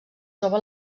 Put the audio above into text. troba